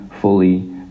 fully